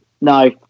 no